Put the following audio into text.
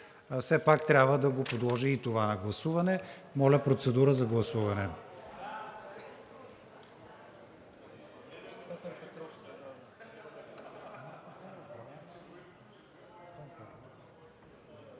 Все пак трябва да подложа и това на гласуване. Моля, процедура за гласуване.